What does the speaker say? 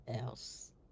else